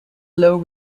low